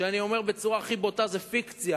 שאני אומר בצורה הכי בוטה: זה פיקציה,